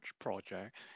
project